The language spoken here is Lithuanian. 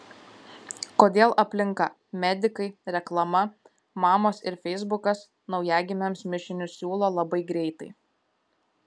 kodėl aplinka medikai reklama mamos ir feisbukas naujagimiams mišinius siūlo labai greitai